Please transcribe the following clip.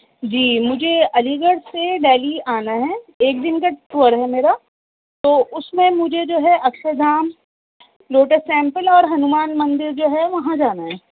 جی مجھے علیگڑھ سے ڈلہی آنا ہے ایک دن کا ٹور ہے میرا تو اس میں مجھے جو ہے اکشردھام لوٹس ٹیمپل اور ہنومان مندر جو ہے وہاں جانا ہے